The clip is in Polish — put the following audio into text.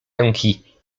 ręki